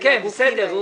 בסדר.